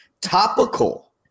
Topical